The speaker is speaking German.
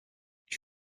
ich